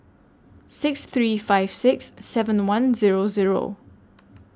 six three five six seven one Zero Zero